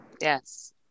Yes